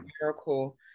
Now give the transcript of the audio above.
miracle